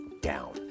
down